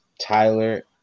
Tyler